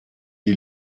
die